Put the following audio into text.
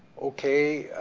okay,